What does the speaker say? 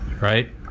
right